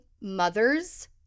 mothers